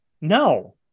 no